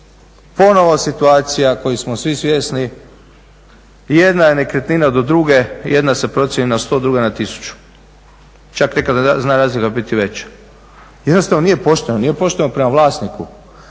ponovo situacija koje smo svi svjesni, jedna je nekretnina do druge, jedna se procjeni na 100, druga na 1000. Čak nekada zna razlika biti i veća. Jednostavno nije pošteno, nije pošteno prema vlasniku